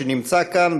שנמצא כאן,